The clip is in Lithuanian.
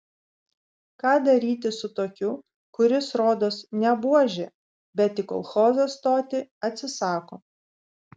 ką daryti su tokiu kuris rodos ne buožė bet į kolchozą stoti atsisako